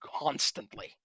constantly